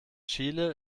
chile